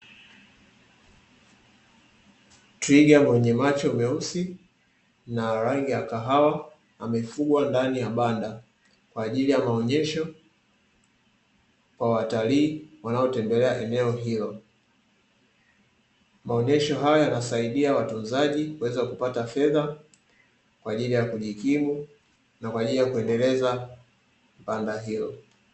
Twiga mwenye macho meusi na rangi ya kahawa, amefungwa ndani ya banda kwa ajili ya maonyesho kwa watalii wanaotembelea eneo hilo. Maonyesho hayo, yanasaidia watunzaji kuweza kupata fedha kwa ajili ya kujikimu na kwa ajili ya kuendeleza banda hilo.